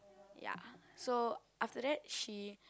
ya so after that she